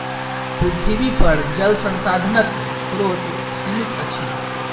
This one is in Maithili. पृथ्वीपर जल संसाधनक स्रोत सीमित अछि